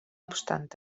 obstant